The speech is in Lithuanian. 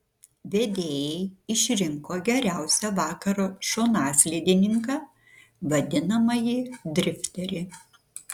vedėjai išrinko geriausią vakaro šonaslydininką vadinamąjį drifterį